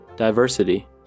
Diversity